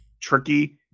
tricky